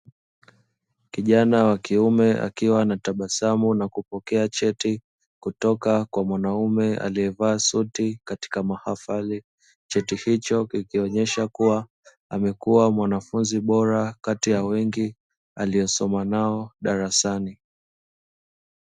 Kijana wa kiume akiwa anatabasamu na kupokea cheti kutoka kwa mwanaume aliyevaa suti katika mahafali, cheti hicho kikionyesha kuwa amekuwa mwanafunzi bora kati ya wengi aliyosoma nao darasani